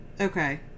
Okay